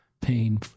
pain